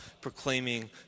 proclaiming